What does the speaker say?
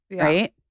right